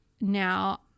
now